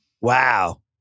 Wow